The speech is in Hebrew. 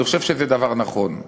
אני חושב שזה דבר נכון.